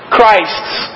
Christ's